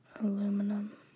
Aluminum